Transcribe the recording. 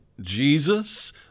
Jesus